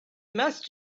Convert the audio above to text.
must